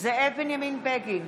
זאב בנימין בגין,